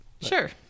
Sure